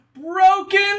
broken